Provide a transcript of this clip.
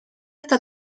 está